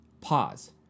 pause